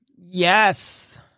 Yes